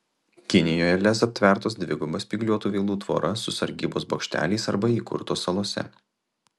kinijoje lez aptvertos dviguba spygliuotų vielų tvora su sargybos bokšteliais arba įkurtos salose